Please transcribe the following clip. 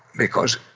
because